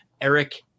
Eric